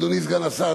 אדוני סגן השר,